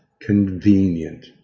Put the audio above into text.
convenient